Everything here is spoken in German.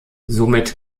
somit